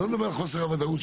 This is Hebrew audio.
אז לא נדבר על חוסר הוודאות,